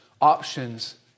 options